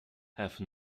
have